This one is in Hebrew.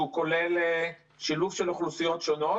שכולל שילוב של אוכלוסיות שונות.